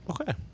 Okay